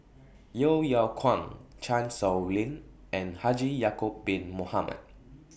Yeo Yeow Kwang Chan Sow Lin and Haji Ya'Acob Bin Mohamed